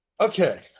Okay